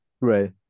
Right